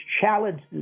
challenged